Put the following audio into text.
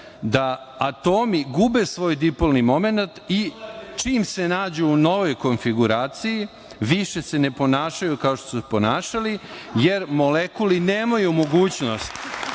da atomi gube svoj dipolni momenat i čim se nađu u novoj konfiguraciji više se ne ponašaju kao što su se ponašali, jer molekuli nemaju mogućnost